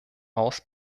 haus